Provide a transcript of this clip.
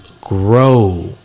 grow